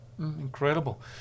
Incredible